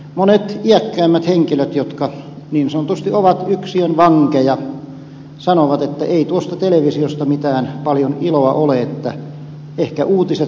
monet iäkkäämmät henkilöt jotka niin sanotusti ovat yksiön vankeja sanovat että ei tuosta televisiosta paljon mitään iloa ole ehkä uutiset sieltä katsovat